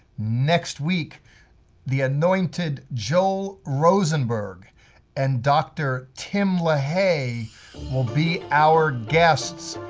next week the anointed joel rosenberg and dr. tim lahaye will be our guests.